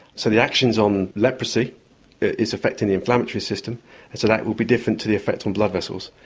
so the actions on leprosy is affecting the inflammatory system and so that will be different to the effect on blood vessels.